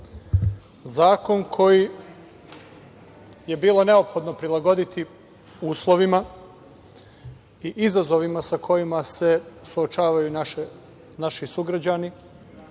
Zakon koji je bilo neophodno prilagoditi uslovima i izazovima sa kojima se suočavaju naši sugrađani